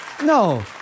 No